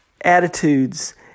attitudes